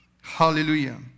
Hallelujah